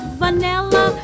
vanilla